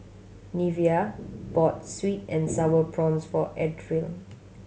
Neveah bought sweet and Sour Prawns for Adriel